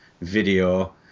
video